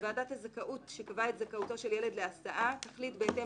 ש"וועדת זכאות שקבעה את זכאותו של ילד להסעה תחליט בהתאם